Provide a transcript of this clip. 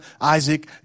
Isaac